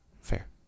Fair